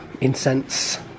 incense